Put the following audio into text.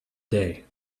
day